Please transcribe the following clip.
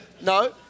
No